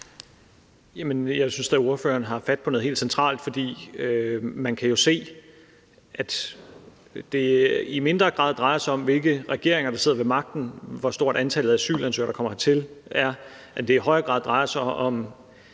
Jeg synes da, ordføreren har fat på noget helt centralt. Man kan jo se, at det i mindre grad drejer sig om, hvilken regering der sidder ved magten, hvad angår antallet af asylansøgere, der kommer hertil, men